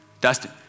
Dustin